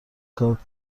کادر